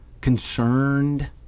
concerned